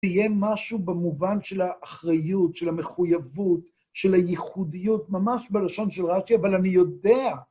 תהיה משהו במובן של האחריות, של המחויבות, של הייחודיות, ממש בלשון של רש"י, אבל אני יודע...